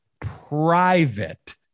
private